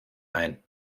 ein